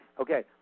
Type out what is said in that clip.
Okay